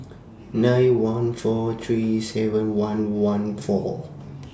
nine one four three seven one one four